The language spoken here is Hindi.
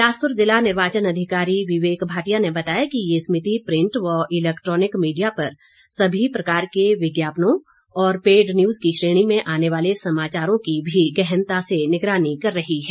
बिलासपुर जिला निर्वाचन अधिकारी विवेक भाटिया ने बताया कि ये समिति प्रिंट व इलैक्ट्रॉनिक मीडिया पर सभी प्रकार के विज्ञापनों और पेड न्यूज की श्रेणी में आने वाले समाचारों की भी गहनता से निगरानी कर रही है